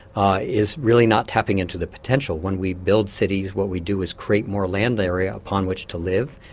ah is really not tapping into the potential. when we build cities, what we do is create more land area upon which to live,